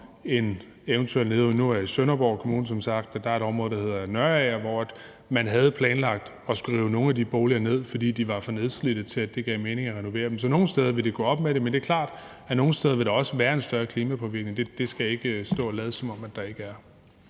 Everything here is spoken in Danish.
om renovering. I Sønderborg Kommune er der et område, der hedder Nørager, hvor man havde planlagt at skulle rive nogle af de boliger ned, fordi de var for nedslidte til, at det gav mening at renovere dem. Så nogle steder vil der være en mindre påvirkning, men det er klart, at der andre steder vil være en større klimapåvirkning. Jeg skal ikke stå og lade, som om der ikke vil